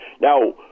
Now